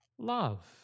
Love